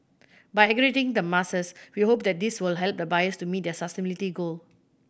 by aggregating the masses we hope that this will help the buyers to meet their sustainability goal